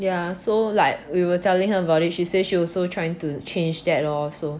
yeah so like we were telling her about it she say she also trying to change that lor so